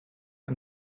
and